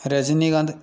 Rajinikanth